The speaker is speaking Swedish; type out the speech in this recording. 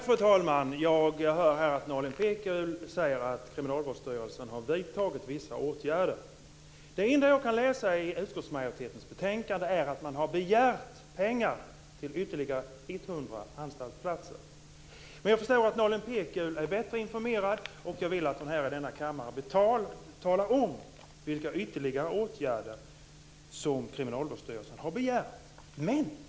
Fru talman! Jag hör här att Nalin Pekgul säger att Kriminalvårdsstyrelsen har vidtagit vissa åtgärder. Det enda jag kan läsa i utskottsmajoritetens betänkande är att man har begärt pengar till ytterligare 100 anstaltsplatser. Men jag förstår att Nalin Pekgul är bättre informerad, och jag vill att hon här i denna kammare talar om vilka ytterligare åtgärder Kriminalvårdsstyrelsen har begärt.